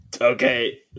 Okay